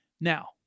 Now